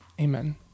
amen